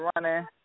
running